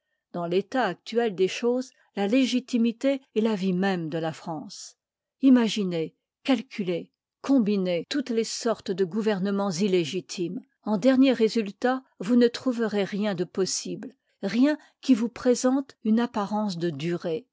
dans l'état actuel des choses la légitimité est la ifie même de la france imaginez calculez mbinez toutes leb sortes de gouvernemens illégitime en dernier résultat vous ne h part trouverez rien de possibk rien qui vous liv il présente une apparence de durée